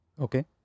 Okay